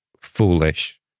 foolish